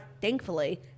thankfully